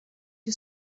who